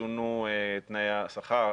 שונו תנאי השכר,